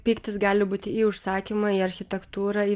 pyktis gali būt į užsakymą į architektūrą į